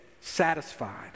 satisfied